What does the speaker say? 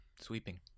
Sweeping